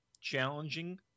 Challenging